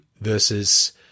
versus